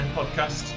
podcast